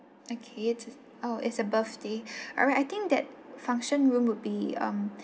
okay oh it's a birthday all right I think that function room would be um